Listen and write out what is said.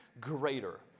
greater